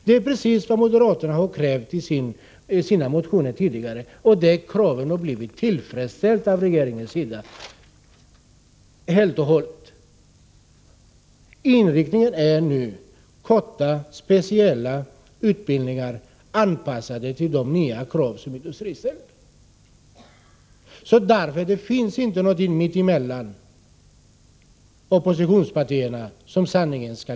Det är precis vad moderaterna tidigare har krävt i sina motioner, och de kraven har helt och hållet blivit tillgodosedda av regeringen. Inriktningen är nu korta, speciella utbildningar, anpassade till de nya krav som industrin ställer. Därför ligger inte sanningen någonstans mitt emellan oppositionspartiernas ståndpunkter.